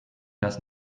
das